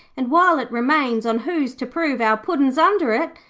and while it remains on who's to prove our puddin's under it?